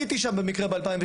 הייתי שם במקרה ב-2017,